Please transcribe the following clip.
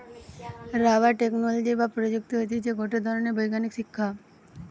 rubber technology বা প্রযুক্তি হতিছে গটে ধরণের বৈজ্ঞানিক শিক্ষা